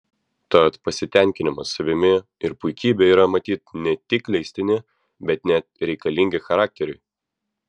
tad pasitenkinimas savimi ir puikybė yra matyt ne tik leistini bet net reikalingi charakteriui